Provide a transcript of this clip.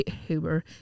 Huber